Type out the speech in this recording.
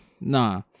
nah